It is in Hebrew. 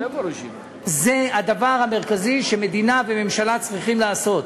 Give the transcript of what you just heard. זה הדבר המרכזי שמדינה וממשלה צריכות לעשות,